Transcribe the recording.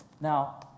Now